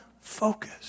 focus